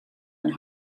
and